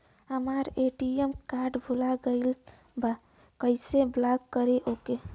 हमार ATM card भूला गईल बा कईसे ब्लॉक करी ओके?